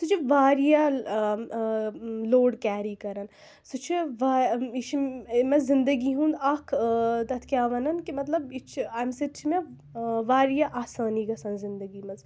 سۅ چھِ واریاہ لوڈ کیری کَران سۅ چھِ یہِ چھُ مےٚ زنٛدگی ہُنٛد اَکھ تَتھ کیٛاہ وَنان کہِ مطلب یہِ چھِ اَمہِ سۭتۍ چھِ مےٚ واریاہ آسٲنی گَژھان زنٛدگی منٛز